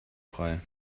frei